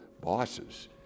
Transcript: bosses